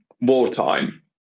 wartime